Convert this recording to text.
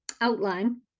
outline